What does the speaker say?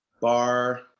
bar